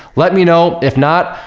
let me know. if not,